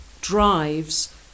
drives